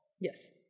Yes